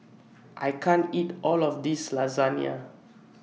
I can't eat All of This Lasagna